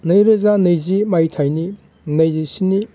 नैरोजा नैजि मायथाइनि नैजिस्नि